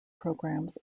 programmes